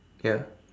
ya